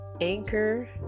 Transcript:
anchor